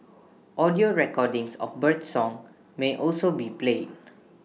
audio recordings of birdsong may also be played